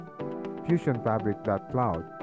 Fusionfabric.cloud